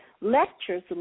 lectures